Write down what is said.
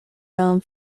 rome